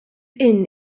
inn